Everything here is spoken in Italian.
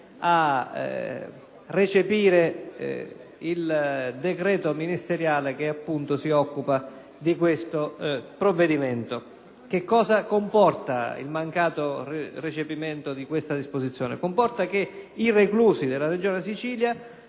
a recepire il decreto ministeriale che appunto si occupa di questo provvedimento. Cosa comporta il mancato recepimento di questa disposizione? I reclusi della Regione Sicilia